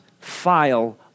file